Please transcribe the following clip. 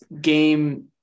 game